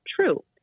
True